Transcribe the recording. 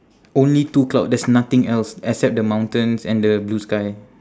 only two cloud there's nothing else except the mountains and the blue sky